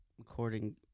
according